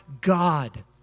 God